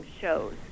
shows